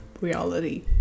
reality